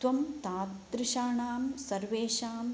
त्वं तादृशाणां सर्वेषां